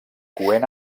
coent